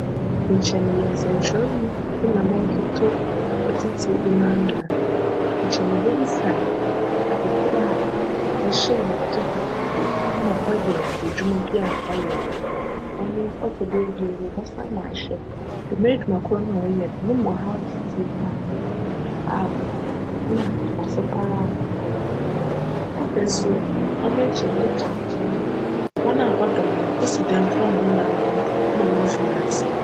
Nkyj meyj nsjnkyerjwnyi na morototo etitsir bi n'ano a, nkyj mebebisa no adze kor a chyj no ma cyj edwuma bi a cyj. Ctc do ebien mebjsan ahwj djm edwuma kor no a cyj no no mu chaw tsitsir paa a cwc mu nna mfaso paa cwc mu. Cno ekyir no, medze to nkyjn a, hcn a wcdc no no, osidan kora hcn nyinara hcn do ma wommfi n'ase.